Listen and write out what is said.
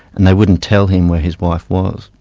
and they wouldn't tell him where his wife was.